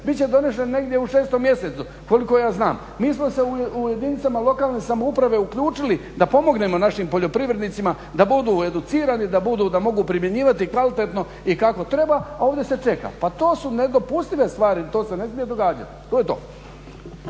Bit će donesen negdje u šestom mjesecu koliko ja znam. Mi smo se u jedinicama lokalne samouprave uključili da pomognemo našim poljoprivrednicima da budu educirani, da mogu primjenjivati kvalitetno i kako treba, a ovdje se čeka. Pa to su nedopustive stvari, to se ne smije događati. To je to.